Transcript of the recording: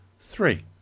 three